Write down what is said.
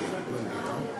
לביא.